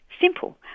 simple